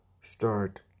start